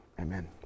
Amen